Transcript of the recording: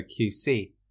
QC